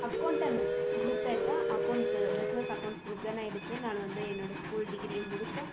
accountant group தான் எடுத்தேன் accounts business accounts group தான் நான் எடுத்து நான் வந்து என்னோட ஸ்கூல் டிகிரியை முடித்தேன்